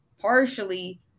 partially